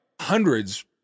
hundreds